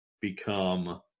become